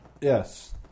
Yes